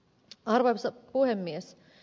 arvoisa puhemies